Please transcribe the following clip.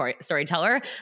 storyteller